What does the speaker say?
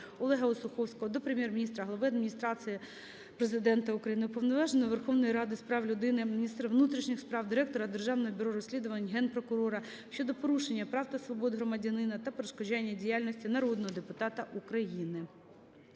Олега Осуховського до Прем'єр-міністра України, глави Адміністрації Президента України, Уповноваженого Верховної Ради з прав людини, міністра внутрішніх справ України, директора Державного бюро розслідувань, Генпрокурора України щодо порушення прав та свобод громадянина та перешкоджання діяльності народного депутата України.